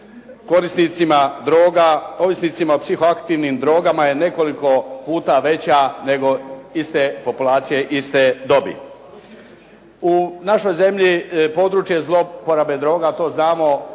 korisnicima droga, ovisnicima o psihoaktivnim drogama je nekoliko puta veća nego iste populacije iste dobi. U našoj zemlji područje zlouporabe droga to znamo